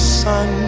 sun